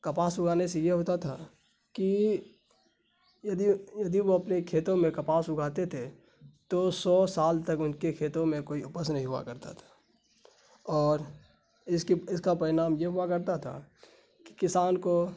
کپاس اگانے سے یہ ہوتا تھا کہ یدی یدی وہ اپنے کھیتوں میں کپاس اگاتے تھے تو سو سال تک ان کی کھیتوں میں کوئی اپس نہیں ہوا کرتا تھا اور اس کی اس کا پرینام یہ ہوا کرتا تھا کہ کسان کو